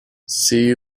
see